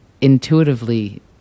intuitively